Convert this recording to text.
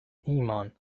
ایمان